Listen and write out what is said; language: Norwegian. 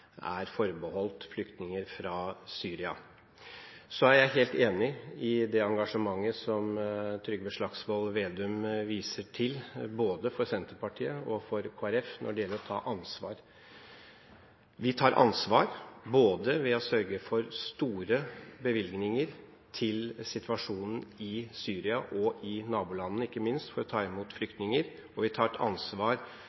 er forbeholdt flyktninger fra Syria. Jeg er helt enig i det engasjementet Trygve Slagsvold Vedum viser til, både fra Senterpartiet og Kristelig Folkeparti, når det gjelder å ta ansvar. Vi tar ansvar, ved å sørge for store bevilgninger til situasjonen i Syria og i nabolandene, ikke minst, for at de skal kunne ta imot